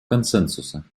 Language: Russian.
консенсуса